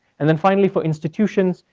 and then finally for institutions,